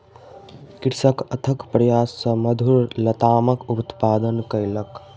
कृषक अथक प्रयास सॅ मधुर लतामक उत्पादन कयलक